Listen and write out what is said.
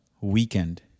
weekend